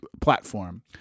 platform